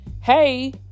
hey